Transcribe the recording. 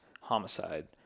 homicide